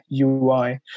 UI